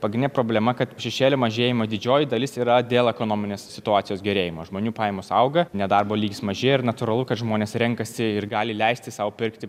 pagrindinė problema kad šešėlio mažėjimo didžioji dalis yra dėl ekonominės situacijos gerėjimo žmonių pajamos auga nedarbo lygis mažėja ir natūralu kad žmonės renkasi ir gali leisti sau pirkti